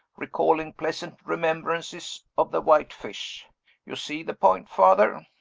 recalling pleasant remembrances of the white fish you see the point, father?